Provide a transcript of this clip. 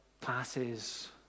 passes